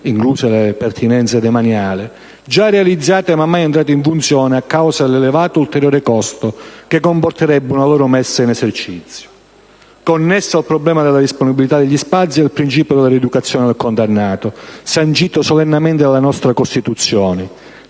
incluse le pertinenze demaniali, già realizzate ma mai entrate in funzione a causa dell'elevato ulteriore costo che comporterebbe una loro messa in esercizio. Connesso al problema della disponibilità degli spazi è il principio della rieducazione del condannato, sancito solennemente dalla nostra Costituzione.